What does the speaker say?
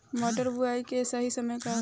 मटर बुआई के सही समय का होला?